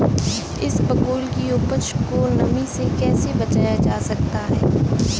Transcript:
इसबगोल की उपज को नमी से कैसे बचाया जा सकता है?